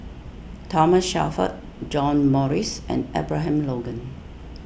Thomas Shelford John Morrice and Abraham Logan